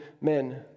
men